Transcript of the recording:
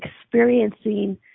experiencing